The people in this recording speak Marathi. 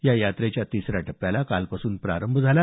या यात्रेच्या तिसऱ्या टप्प्याला कालपासून प्रारंभ झाला